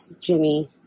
Jimmy